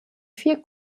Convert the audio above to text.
vier